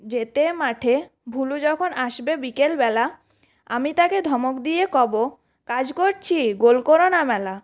যেতে মাঠে ভুলু যখন আসবে বিকেল বেলা আমি তাকে ধমক দিয়ে কব কাজ করছি গোল কোরো না মেলা